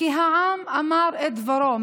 כי העם אמר את דברו.